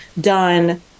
done